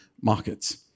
markets